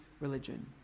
religion